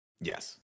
Yes